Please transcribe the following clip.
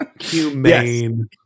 Humane